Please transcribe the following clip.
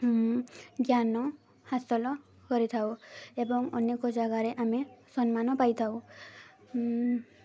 ଜ୍ଞାନ ହାସଲ କରିଥାଉ ଏବଂ ଅନେକ ଜାଗାରେ ଆମେ ସମ୍ମାନ ପାଇଥାଉ